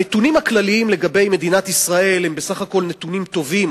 הנתונים הכלליים על מדינת ישראל הם בסך הכול נתונים טובים.